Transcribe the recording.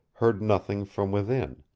heard nothing from within,